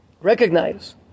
recognize